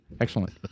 Excellent